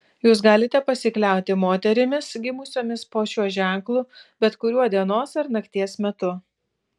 jūs galite pasikliauti moterimis gimusiomis po šiuo ženklu bet kuriuo dienos ar nakties metu